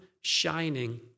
shining